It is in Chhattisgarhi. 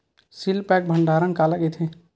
सील पैक भंडारण काला कइथे?